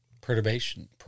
Perturbation